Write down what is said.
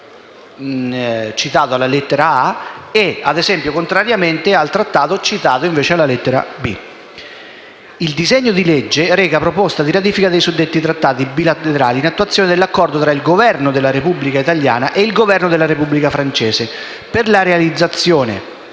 il disegno di legge in titolo reca proposta di ratifica dei suddetti trattati bilaterali in attuazione dell'Accordo tra il Governo della Repubblica italiana e il Governo della Repubblica francese per la realizzazione